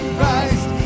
Christ